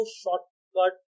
shortcut